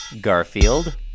Garfield